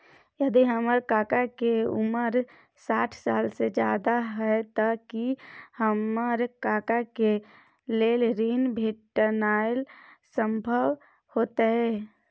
यदि हमर काका के उमर साठ साल से ज्यादा हय त की हमर काका के लेल ऋण भेटनाय संभव होतय?